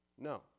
No